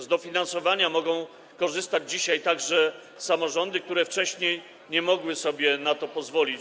Z dofinansowania mogą korzystać dzisiaj także samorządy, które wcześniej nie mogły sobie na to pozwolić.